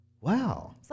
wow